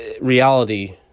reality